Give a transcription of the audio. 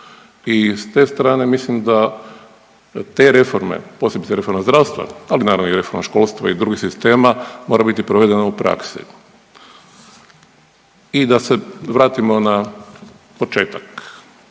i s te strane mislim da te reforme, posebice reforma zdravstva, ali naravno i reforma školstva i drugih sistema mora biti provedena u praksi. I da se vratimo na početak,